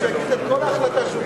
אבל שיגיד את כל ההחלטה שהוחלטה,